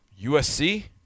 USC